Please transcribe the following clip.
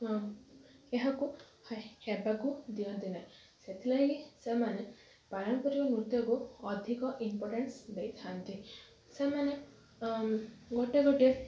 ଏହାକୁ ହେ ହେବାକୁ ଦିଅନ୍ତି ନାହିଁ ସେଥିଲାଗି ସେମାନେ ପାରମ୍ପରିକ ନୃତ୍ୟକୁ ଅଧିକ ଇମ୍ପୋଟାନ୍ସ ଦେଇଥାନ୍ତି ସେମାନେ ଗୋଟେ ଗୋଟେ